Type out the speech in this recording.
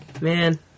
Man